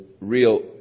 real